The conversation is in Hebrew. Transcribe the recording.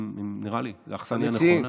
נראה לי שזאת אכסניה נכונה.